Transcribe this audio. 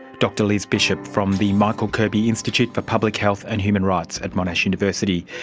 dr liz bishop from the michael kirby institute for public health and human rights at monash university,